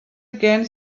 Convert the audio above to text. again